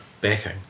backing